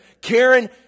Karen